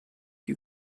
you